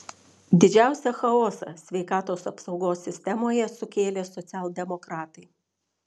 didžiausią chaosą sveikatos apsaugos sistemoje sukėlė socialdemokratai